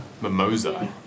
Mimosa